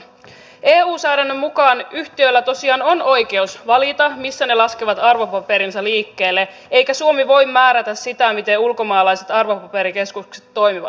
eu säädännön mukaan yhtiöillä tosiaan on oikeus valita missä ne laskevat arvopaperinsa liikkeelle eikä suomi voi määrätä sitä miten ulkomaalaiset arvopaperikeskukset toimivat